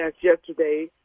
yesterday